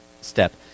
step